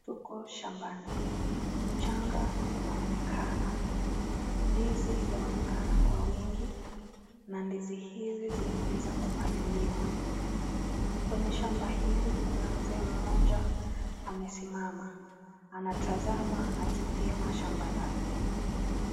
Tuko shambani. Mchanga unaonekana. Ndizi yaonekana kwa wingi na ndizi hizi zimeweza kupaliliwa. Kwenye shamba hili kuna mzee mmoja amesimama. Anatazama akipima shamba lake.